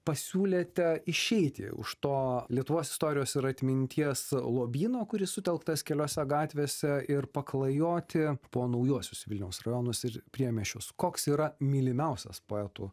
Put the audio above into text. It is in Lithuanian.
pasiūlėte išeiti už to lietuvos istorijos ir atminties lobyno kuris sutelktas keliose gatvėse ir paklajoti po naujuosius vilniaus rajonus ir priemiesčius koks yra mylimiausias poetų